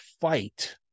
fight